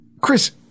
Chris